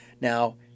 Now